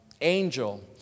angel